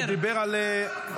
--- הוא דיבר על ח'ליל.